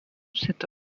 cette